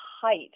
height